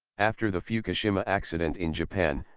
after the fukushima accident in japan,